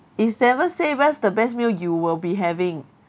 it's never say where's the best meal you will be having